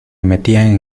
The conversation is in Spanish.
metían